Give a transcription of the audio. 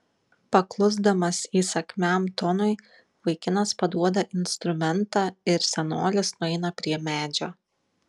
paklusdamas įsakmiam tonui vaikinas paduoda instrumentą ir senolis nueina prie medžio